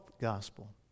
gospel